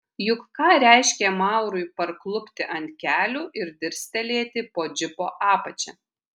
juk ką reiškė maurui parklupti ant kelių ir dirstelėti po džipo apačia